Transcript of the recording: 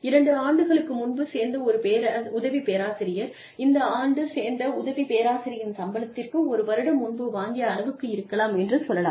இரண்டு ஆண்டுகளுக்கு முன்பு சேர்ந்த ஒரு உதவி பேராசிரியர் இந்த ஆண்டு சேர்ந்த உதவி பேராசிரியரின் சம்பளத்திற்கு ஒரு வருடம் முன்பு வாங்கிய அளவுக்கு இருக்கலாம் என்று சொல்லலாம்